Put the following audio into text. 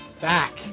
Back